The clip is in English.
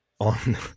on